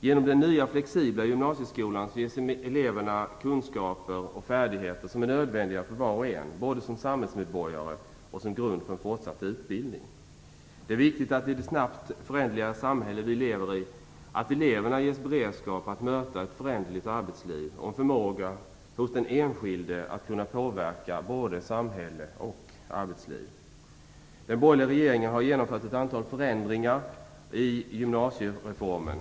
Genom den nya flexibla gymnasieskolan ges eleverna kunskaper och färdigheter som är nödvändiga för var en som samhällsmedborgare. Dessa kunskaper och färdigheter ligger också som grund för en fortsatt utbildning. Det är viktigt i det snabbt föränderliga samhälle som vi lever i att eleverna ges beredskap att möta ett föränderligt arbetsliv. Det är viktigt med en förmåga hos den enskilde att kunna påverka både samhälle och arbetsliv. Den borgerliga regeringen har genomfört ett antal förändringar av gymnasiereformen.